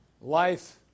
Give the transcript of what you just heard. life